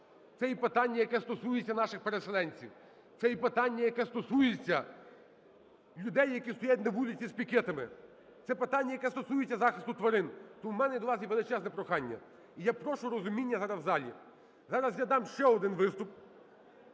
Це і питання, яке стосується наших переселенців, це і питання, яке стосується людей, які стоять на вулиці з пікетами, це питання, яке стосується захисту тварин. Тому в мене до вас є величезне прохання, і я прошу розуміння зараз в залі. Зараз я дам ще один виступ